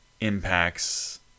impacts